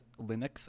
Linux